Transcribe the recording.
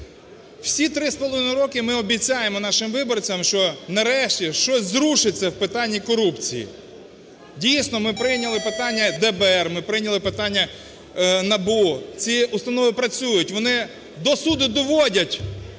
Всі 3,5 роки ми обіцяємо нашим виборцям, що нарешті щось зрушиться в питанні корупції. Дійсно, ми прийняли питання ДБР, ми прийняли питання НАБУ. Ці установи працюють, вони до суду доводять